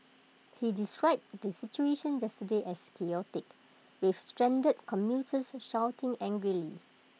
he described the situation yesterday as chaotic with stranded commuters shouting angrily